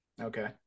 Okay